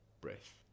breath